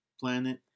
Planet